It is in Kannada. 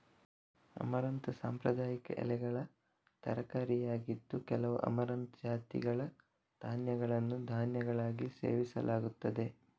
ಅಮರಂಥ್ ಸಾಂಪ್ರದಾಯಿಕ ಎಲೆಗಳ ತರಕಾರಿಯಾಗಿದ್ದು, ಕೆಲವು ಅಮರಂಥ್ ಜಾತಿಗಳ ಧಾನ್ಯಗಳನ್ನು ಧಾನ್ಯಗಳಾಗಿ ಸೇವಿಸಲಾಗುತ್ತದೆ